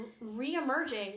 re-emerging